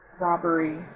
robbery